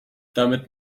damit